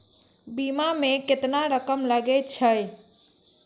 बीमा में केतना रकम लगे छै?